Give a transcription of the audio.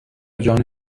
جان